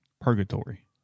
Purgatory